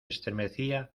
estremecía